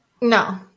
No